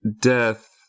death